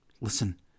listen